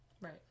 Right